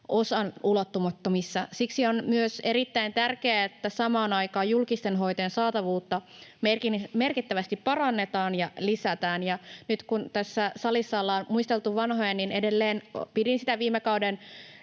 osan ulottumattomissa. Siksi on myös erittäin tärkeää, että samaan aikaan julkisten hoitojen saatavuutta merkittävästi parannetaan ja lisätään. Nyt kun tässä salissa ollaan muisteltu vanhoja, niin edelleen pidin sitä viime kauden